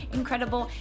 incredible